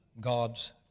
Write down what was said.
God's